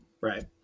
right